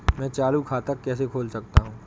मैं चालू खाता कैसे खोल सकता हूँ?